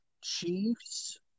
Chiefs